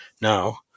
now